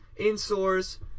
insores